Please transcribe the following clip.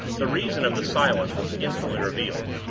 the reason of the silence was instantly revealed.